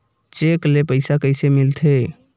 Cheque ले पईसा कइसे मिलथे?